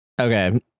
Okay